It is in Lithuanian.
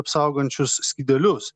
apsaugančius skydelius